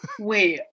wait